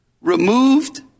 removed